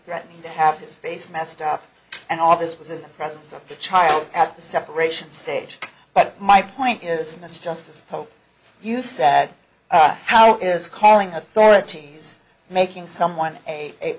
threatening to have his face messed up and all this was in the presence of the child at the separation stage but my point is this just as you said how is calling authorities making someone a